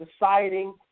deciding